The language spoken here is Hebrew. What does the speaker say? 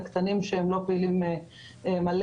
כי יש את הקטנים שאינם פעילים באופן מלא